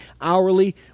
hourly